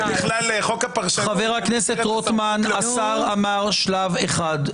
חבר הכנסת רוטמן, השר אמר שלב אחד.